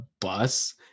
bus